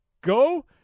Go